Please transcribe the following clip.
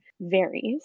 varies